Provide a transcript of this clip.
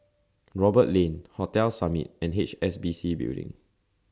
Roberts Lane Hotel Summit and H S B C Building